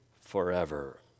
forever